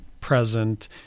present